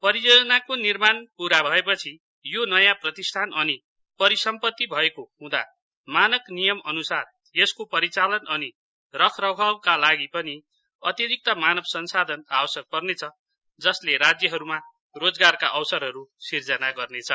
परियोजनाको निर्माण पूरा भएपछि यो नयाँ प्रतिष्ठान अनि परिसम्पत्ति भएको हुँदा मानक नियम अनुसार त्यसको परिचालन अनि रखरखाउका लागि पनि अतिरिक्त मानव संसाधन आवश्यक पर्नेछ जसले राज्यहरूमा रोजगारका अवसरहरू सिर्जना गर्नेछ